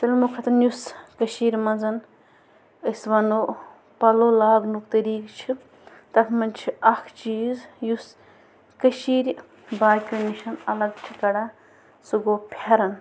سَلمَو کھۄتَن یُس کٔشیٖرمنٛز أسۍ وَنَو پَلَو لاگنُک طریٖقہ چھِ تَتھ منٛز چھِ اَکھ چیٖز یُس کٔشیٖر باقیَو نِش اَلَگ چھِ کَڑان سُہ گوٚو فٮ۪رَن